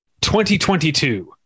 2022